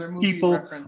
People